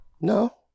no